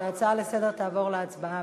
על ההצעה שהנושא יעבור לוועדה.